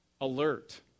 alert